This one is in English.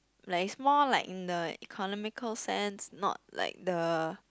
like is more like in the economical sense not like the